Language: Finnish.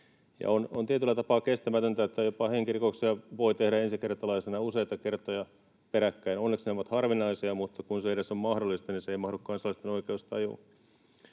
On tietyllä tapaa kestämätöntä, että jopa henkirikoksia voi tehdä ensikertalaisena useita kertoja peräkkäin. Onneksi ne ovat harvinaisia, mutta kun se edes on mahdollista, niin se ei mahdu kansalaisten oikeustajuun.